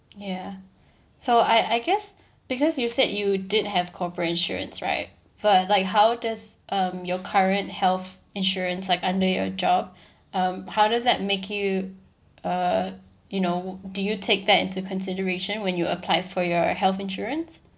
ya so I I guess because you said you didn't have corporate insurance right but like how does um your current health insurance like under your job um how does that make you uh you know do you take that into consideration when you apply for your health insurance